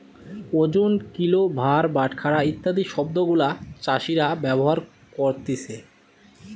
ওজন, কিলো, ভার, বাটখারা ইত্যাদি শব্দ গুলা চাষীরা ব্যবহার করতিছে